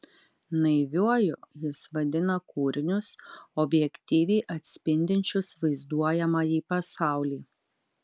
naiviuoju jis vadina kūrinius objektyviai atspindinčius vaizduojamąjį pasaulį